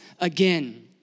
again